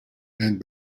and